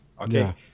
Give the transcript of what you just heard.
okay